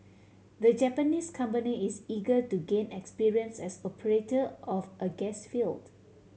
the Japanese company is eager to gain experience as operator of a gas field